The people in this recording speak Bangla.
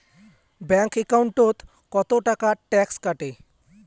ব্যাংক একাউন্টত কতো টাকা ট্যাক্স কাটে?